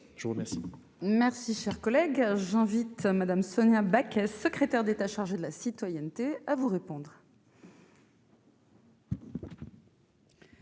Je vous remercie,